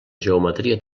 geometria